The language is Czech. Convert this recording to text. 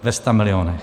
Ve stamilionech.